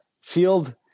field